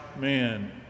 man